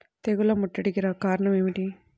తెగుళ్ల ముట్టడికి కారణం ఏమిటి?